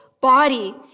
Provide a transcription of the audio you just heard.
Body